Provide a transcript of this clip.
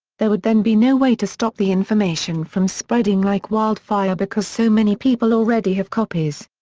there would then be no way to stop the information from spreading like wildfire because so many people already have copies.